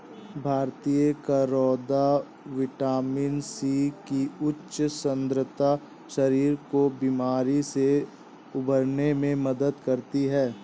भारतीय करौदा vitamin C की उच्च सांद्रता शरीर को बीमारी से उबरने में मदद करती है